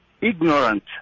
ignorant